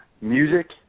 music